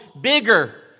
bigger